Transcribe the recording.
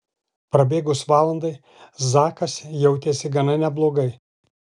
prabėgus valandai zakas jautėsi gana neblogai